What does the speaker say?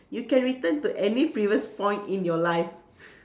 you can return to any previous point in your life